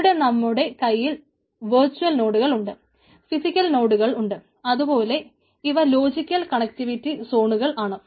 ഇവിടെ നമ്മുടെ കയ്യിൽ വർച്വൽ നോഡുകൾ ആണ്